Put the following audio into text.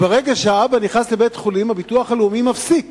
ברגע שהאבא נכנס לבית-חולים, הביטוח הלאומי מפסיק